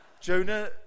Jonah